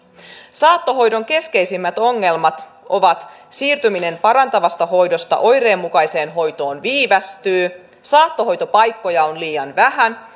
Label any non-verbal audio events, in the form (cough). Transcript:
saattohoidon keskeisimmät ongelmat ovat siirtyminen parantavasta hoidosta oireenmukaiseen hoitoon viivästyy saattohoitopaikkoja on liian vähän (unintelligible)